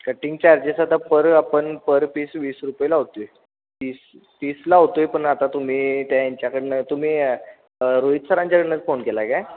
cutting charges आता पर आपण पर पीस वीस रुपये लावतो आहे तीस तीस लावतो आहे पण आता तुम्ही त्या ह्यांच्याकडनं तुम्ही रोहित सरांच्याकडनं फोन केला आहे काय